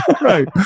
Right